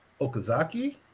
Okazaki